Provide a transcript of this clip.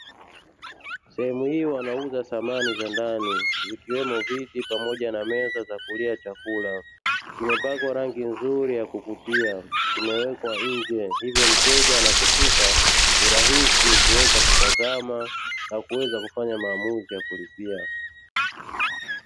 Sehemu hii wanauza samani za ndani vikiwemo viti pamoja na meza za kulia chakula, zimepakwa rangi nzuri ya kuvutia zimewekwa nje hivo mteja anapofika ni rahisi kuweza kutazama na kuweza kufanya maamuzi ya kulipia.